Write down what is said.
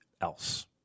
else